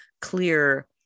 clear